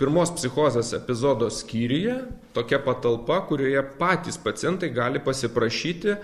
pirmos psichozės epizodo skyriuje tokia patalpa kurioje patys pacientai gali pasiprašyti